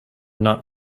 not